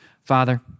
Father